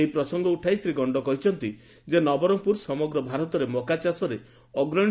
ଏହି ପ୍ରସଙ୍ଗ ଉଠାଇ ଶ୍ରୀ ଗଣ୍ଡ କହିଛନ୍ତି ଯେ ନବରଙ୍ଗପୁର ସମଗ୍ର ଭାରତରେ ମକାଚାଷରେ ଅଗ୍ରଶୀ